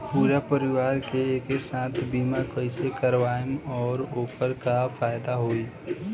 पूरा परिवार के एके साथे बीमा कईसे करवाएम और ओकर का फायदा होई?